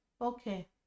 Okay